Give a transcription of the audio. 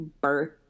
birth